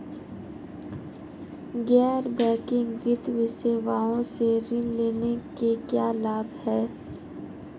गैर बैंकिंग वित्तीय सेवाओं से ऋण लेने के क्या लाभ हैं?